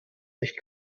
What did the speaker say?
nicht